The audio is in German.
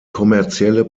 kommerzielle